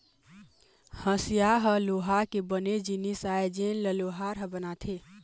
हँसिया ह लोहा के बने जिनिस आय जेन ल लोहार ह बनाथे